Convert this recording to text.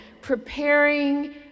preparing